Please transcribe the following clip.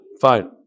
Fine